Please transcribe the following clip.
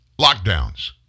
Lockdowns